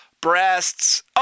breasts